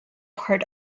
part